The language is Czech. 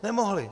Nemohli!